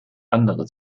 andere